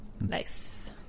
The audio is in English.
nice